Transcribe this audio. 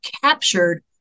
captured